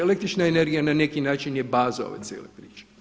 Električna energija na neki način je baza ove cijele priče.